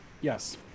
Yes